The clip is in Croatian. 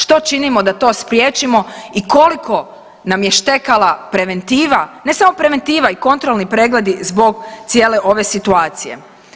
Što činimo da to spriječimo i koliko nam je štekala preventiva, ne samo preventiva nego i kontrolni pregledi zbog cijele ove situacije?